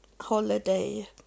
holiday